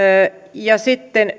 ja sitten